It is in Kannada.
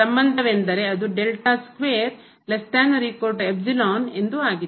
ಸಂಬಂಧವೆಂದರೆ ಅದು ಎಂದು ಆಗಿದೆ